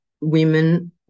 women